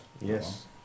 Yes